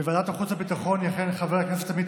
בוועדת החוץ והביטחון יכהן חבר הכנסת עמית